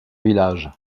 village